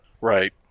Right